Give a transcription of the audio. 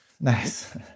Nice